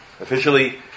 officially